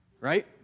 right